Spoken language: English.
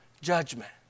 judgment